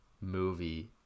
movie